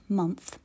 month